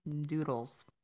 Doodles